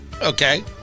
Okay